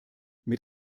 mit